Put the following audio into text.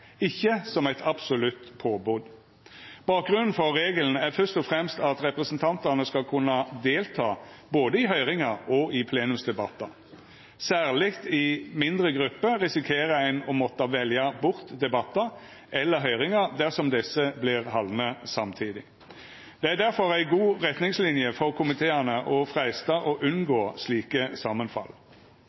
ikkje som eit absolutt påbod. Bakgrunnen for regelen er først og fremst at representantane skal kunna delta i både høyringar og plenumsdebattar. Særleg i mindre grupper risikerer ein å måtta velja bort debattar eller høyringar dersom desse vert haldne samtidig. Det er difor ei god retningslinje for komiteane å freista å unngå slike samanfall.